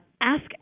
ask